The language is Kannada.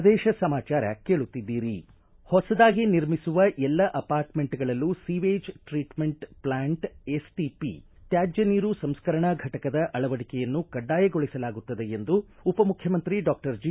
ಪ್ರದೇಶ ಸಮಾಚಾರ ಕೇಳುತ್ತಿದ್ದೀರಿ ಹೊಸದಾಗಿ ನಿರ್ಮಿಸುವ ಎಲ್ಲ ಅಪಾರ್ಟ್ಮೆಂಟ್ಗಳಲ್ಲೂ ಸೀವೇಜ್ ಟ್ರೀಟ್ಮೆಂಟ್ ಪ್ಲಾಂಟ್ ಎಸ್ಟಿಪಿ ತ್ಯಾಜ್ಯ ನೀರು ಸಂಸ್ಕರಣಾ ಘಟಕದ ಅಳವಡಿಕೆಯನ್ನು ಕಡ್ಡಾಯ ಗೊಳಿಸಲಾಗುತ್ತದೆ ಎಂದು ಉಪಮುಖ್ಯಮಂತ್ರಿ ಡಾಕ್ವರ್ ಜಿ